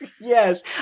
Yes